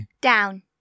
Down